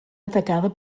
atacada